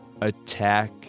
attack